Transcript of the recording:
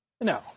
No